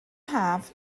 haf